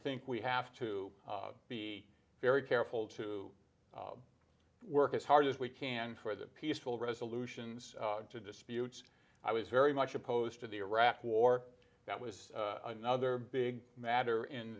think we have to be very careful to work as hard as we can for the peaceful resolutions to disputes i was very much opposed to the iraq war that was another big matter in